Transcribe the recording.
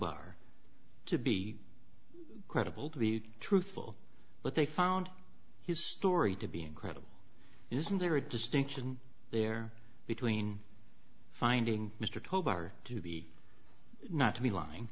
ar to be credible to be truthful but they found his story to be incredible isn't there a distinction there between finding mr towbar to be not to be lying